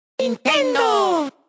Nintendo